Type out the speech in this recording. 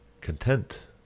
content